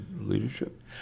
leadership